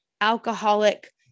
alcoholic